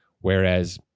whereas